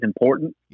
important